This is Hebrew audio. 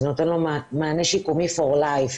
זה נותן לו מענה שיקומי לחיים.